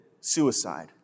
suicide